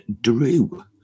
Drew